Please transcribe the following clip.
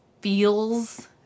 feels